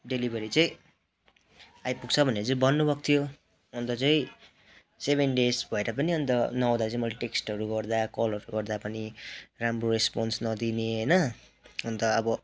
delivery चाहिँ आइपुग्छ भनेर भन्नुभएको थियो अन्त चाहिँ सेभेन डेज भएर पनि अन्त नआउँदा चाहिँ मैले टेक्स्टहरू गर्दा कलहरू गर्दा पनि राम्रो रेस्पोन्स नदिने होइन अन्त अब